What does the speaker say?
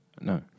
No